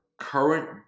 current